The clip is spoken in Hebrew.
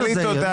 טלי, אל תתערבי.